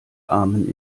amen